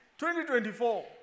2024